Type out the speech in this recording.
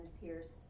pierced